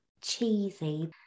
cheesy